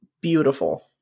beautiful